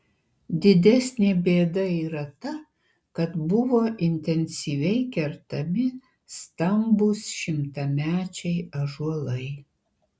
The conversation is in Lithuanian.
didesnė bėda yra ta kad buvo intensyviai kertami stambūs šimtamečiai ąžuolai